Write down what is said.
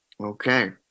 Okay